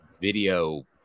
video